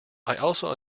also